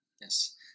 Yes